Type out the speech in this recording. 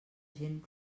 gent